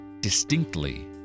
distinctly